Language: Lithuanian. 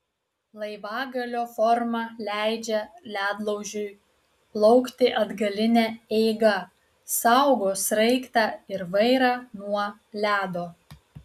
laivagalio forma leidžia ledlaužiui plaukti atgaline eiga saugo sraigtą ir vairą nuo ledo